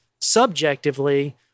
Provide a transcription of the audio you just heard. subjectively